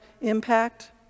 impact